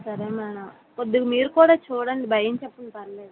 సరే మ్యాడం కొద్దిగా మీరు కూడా చూడండి భయం చెప్పండి పర్లేదు